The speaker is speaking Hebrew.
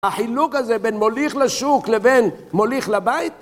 החילוק הזה בין מוליך לשוק לבין מוליך לבית